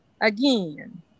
again